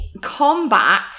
combat